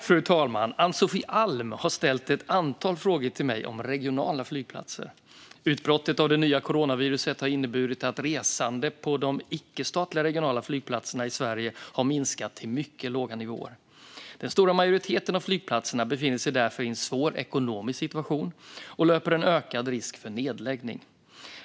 Fru talman! Ann-Sofie Alm har ställt ett antal frågor till mig om regionala flygplatser. Utbrottet av det nya coronaviruset har inneburit att resandet på de icke-statliga regionala flygplatserna i Sverige har minskat till mycket låga nivåer. Den stora majoriteten av flygplatserna befinner sig därför i en svår ekonomisk situation och löper en ökad risk för nedläggning.